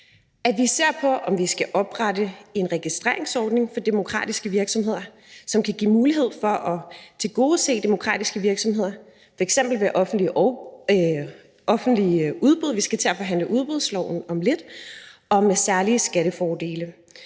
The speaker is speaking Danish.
vi kan se på, om vi skal oprette en registreringsordning for demokratiske virksomheder, som kan give mulighed for at tilgodese demokratiske virksomheder, f.eks. i forhold til offentlige udbud – vi skal til at forhandle om udbudsloven om lidt – og i forhold til særlige skattefordele,